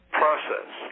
process